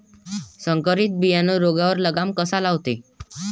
संकरीत बियानं रोगावर लगाम कसा लावते?